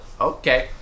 Okay